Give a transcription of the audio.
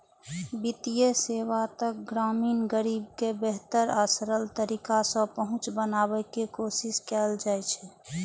वित्तीय सेवा तक ग्रामीण गरीब के बेहतर आ सरल तरीका सं पहुंच बनाबै के कोशिश कैल जाइ छै